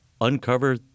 uncover